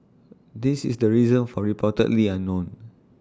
this is the reason for reportedly unknown